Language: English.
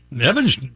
Evans